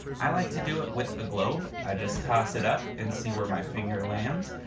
i like to do it with a globe. i just toss it up, and see where my finger lands.